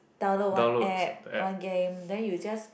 download one app one game then you just